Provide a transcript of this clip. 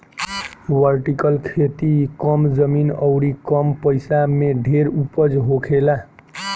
vertical खेती कम जमीन अउरी कम पइसा में ढेर उपज होखेला